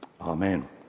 amen